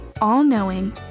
all-knowing